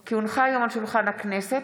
כי הונחו היום על שולחן הכנסת,